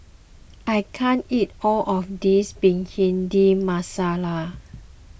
I can't eat all of this Bhindi Masala